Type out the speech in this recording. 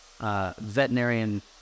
veterinarian